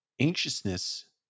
anxiousness